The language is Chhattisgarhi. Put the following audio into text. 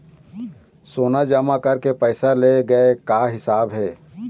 सोना जमा करके पैसा ले गए का हिसाब हे?